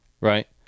right